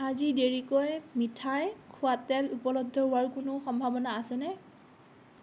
আজি দেৰীকৈ মিঠাই খোৱা তেল উপলব্ধ হোৱাৰ কোনো সম্ভাৱনা আছেনে